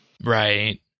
Right